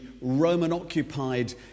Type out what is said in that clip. Roman-occupied